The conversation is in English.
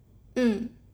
mm